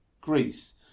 greece